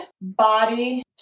body